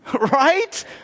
Right